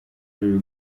riri